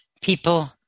people